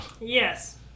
Yes